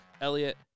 Elliot